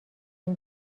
این